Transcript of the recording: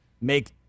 make